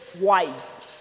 wise